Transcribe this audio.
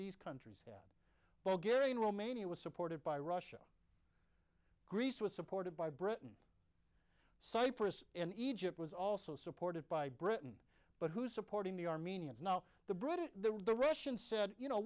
these countries well gary in romania was supported by russia greece was supported by britain cyprus and egypt was also supported by britain but who's supporting the armenians now the british the russians said you know